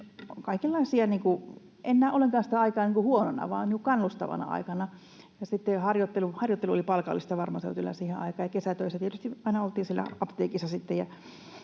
kaikenlaisia... En näe ollenkaan sitä aikaa huonona vaan kannustavana aikana. Harjoittelu oli palkallista farmaseutilla siihen aikaan, ja kesätöissä tietysti aina oltiin siellä apteekissa